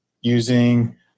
using